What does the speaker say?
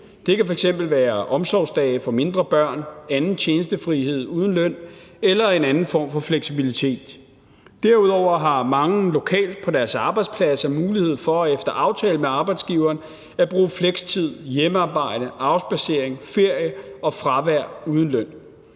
Det kan f.eks. være omsorgsdage for mindre børn, anden tjenestefrihed uden løn eller en anden form for fleksibilitet. Derudover har mange lokalt på deres arbejdsplads mulighed for efter aftale med arbejdsgiveren at bruge flekstid, hjemmearbejde, afspadsering, ferie og fravær uden løn.